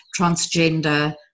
transgender